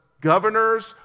governors